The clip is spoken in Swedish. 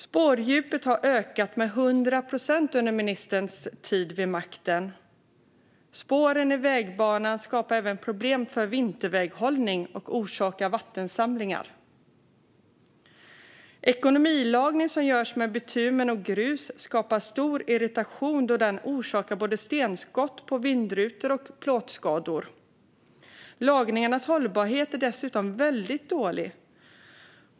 Spårdjupet har ökat med 100 procent under ministerns tid vid makten. Spåren i vägbanan skapar även problem för vinterväghållning och orsakar vattensamlingar. Ekonomilagning som görs med bitumen och grus skapar stor irritation då den orsakar både stenskott på vindrutor och plåtskador. Lagningens hållbarhet är dessutom väldigt dålig.